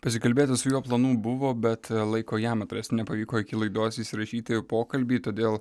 pasikalbėti su juo planų buvo bet laiko jam atrasti nepavyko iki laidos įsirašyti pokalbį todėl